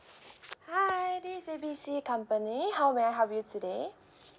hi this is A B C company how may I help you today